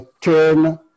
turn